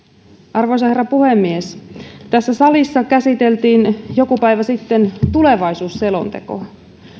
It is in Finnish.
arvoisa herra puhemies tässä salissa käsiteltiin joku päivä sitten tulevaisuusselontekoa